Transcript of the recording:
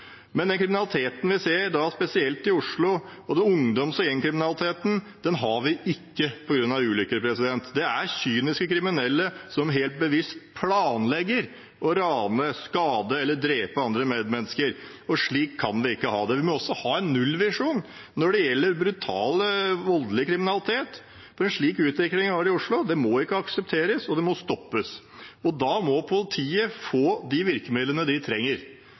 kriminaliteten vi ser – spesielt i Oslo, både ungdoms- og gjengkriminaliteten – har vi ikke på grunn av ulykker. Det er kyniske kriminelle som helt bevisst planlegger å rane, skade eller drepe andre mennesker, og slik kan vi ikke ha det. Vi må også ha en nullvisjon når det gjelder brutal og voldelig kriminalitet, for en slik utvikling vi har i Oslo, må ikke aksepteres, og den må stoppes. Da må politiet få de virkemidlene de trenger.